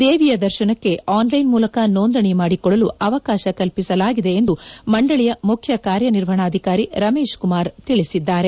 ದೇವಿಯ ದರ್ಶನಕ್ಕೆ ಆನ್ಲೈನ್ ಮೂಲಕ ನೋಂದಣಿ ಮಾಡಿಕೊಳ್ಳಲು ಅವಕಾಶ ಕಲ್ಲಿಸಲಾಗಿದೆ ಎಂದು ಮಂಡಳಿಯ ಮುಖ್ಯ ಕಾರ್ಯನಿರ್ವಹಣಾಧಿಕಾರಿ ರಮೇಶ್ ಕುಮಾರ್ ತಿಳಿಸಿದ್ದಾರೆ